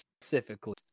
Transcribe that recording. specifically